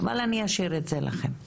אבל אני אשאיר את זה לכם.